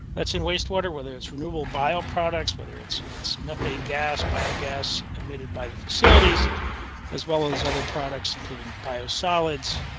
that's in wastewater whether it's renewal bio products, whether it's, it's methane gas, bio gas admitted by the facilities as well as as other products, including solids.